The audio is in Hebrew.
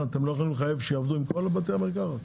אתם לא יכולים לחייב שיעבדו עם כל בתי המרקחת?